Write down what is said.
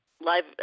live